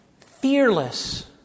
fearless